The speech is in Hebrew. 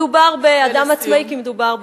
מדובר באדם עצמאי, כי מדובר בילד.